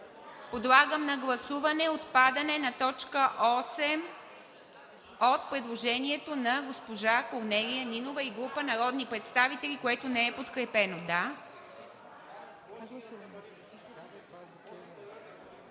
Подлагам на прегласуване отпадане на т. 8 от предложението на госпожа Корнелия Нинова и група народни представители, което не е подкрепено.